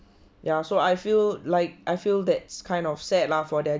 ya so I feel like I feel that's kind of sad lah for that